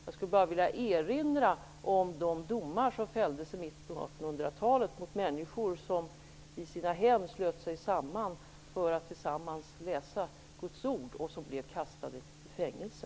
Jag skulle då vilja erinra om de domar som fälldes i mitten av 1800-talet mot människor som slöt sig samman för att i sina hem tillsammans läsa Guds ord och som blev kastade i fängelse.